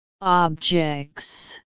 Objects